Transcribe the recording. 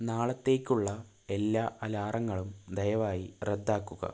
നാളത്തേക്കുള്ള എല്ലാ അലാറങ്ങളും ദയവായി റദ്ദാക്കുക